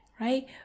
right